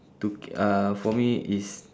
to k~ uh for me is